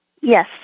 Yes